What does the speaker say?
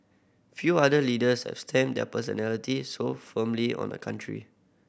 few other leaders have stamped their personalities so firmly on a country